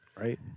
Right